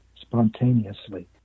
spontaneously